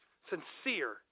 Sincere